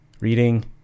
reading